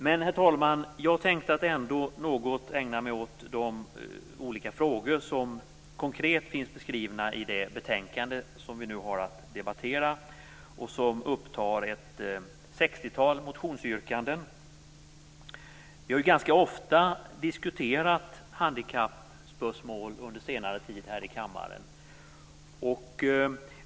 Men, herr talman, jag tänkte ändå något ägna mig åt de olika frågor som konkret finns beskrivna i det betänkande som vi nu har att debattera och som upptar ett sextiotal motionsyrkanden. Vi har ganska ofta diskuterat handikappspörsmål under senare tid här i kammaren.